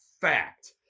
fact